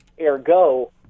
ergo